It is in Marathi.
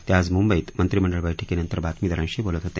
ते आज मुंबईत मंत्रीमंडळ बैठकीनंतर बातमीदारांशी बोलत होते